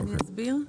אני אסביר.